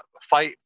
fight